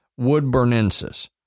woodburnensis